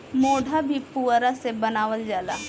मोढ़ा भी पुअरा से बनावल जाला